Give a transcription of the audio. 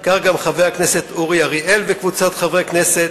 וכך גם חבר הכנסת אורי אריאל וקבוצות חברי כנסת.